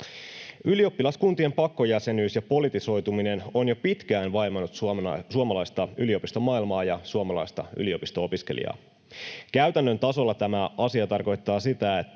Ylioppilaskuntien pakkojäsenyys ja politisoituminen ovat jo pitkään vaivanneet suomalaista yliopistomaailmaa ja suomalaista yliopisto-opiskelijaa. Käytännön tasolla tämä asia tarkoittaa sitä,